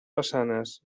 façanes